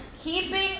keeping